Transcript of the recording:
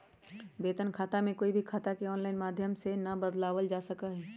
वेतन खाता में कोई भी खाता के आनलाइन माधम से ना बदलावल जा सका हई